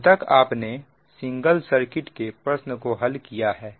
अब तक आपने सिंगल सर्किट के प्रश्न को हल किया है